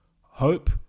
Hope